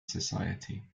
society